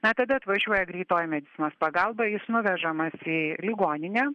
na tada atvažiuoja greitoji medicinos pagalba jis nuvežamas į ligoninę